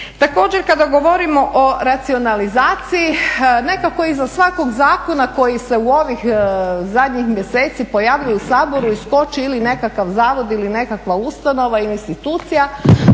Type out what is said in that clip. Također kada govorimo o racionalizaciji nekako iza svakog zakona koji se u ovih zadnjih mjeseci pojavljuje u Saboru iskoči ili nekakav zavod ili nekakva ustanova ili institucija,